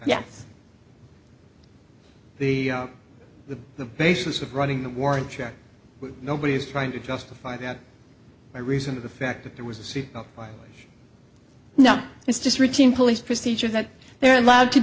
yes the the the basis of running the warrant check nobody is trying to justify that by reason of the fact that there was a c it's just routine police procedure that they're allowed to